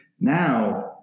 Now